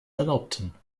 erlaubten